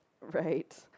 Right